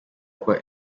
kwa